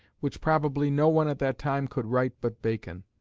which probably no one at that time could write but bacon.